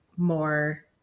more